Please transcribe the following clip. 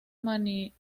manierista